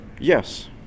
Yes